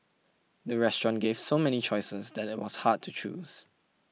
the restaurant gave so many choices that it was hard to choose